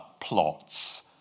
plots